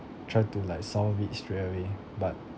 try to like solve it straight away but